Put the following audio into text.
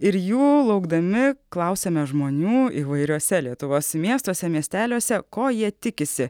ir jų laukdami klausiame žmonių įvairiuose lietuvos miestuose miesteliuose ko jie tikisi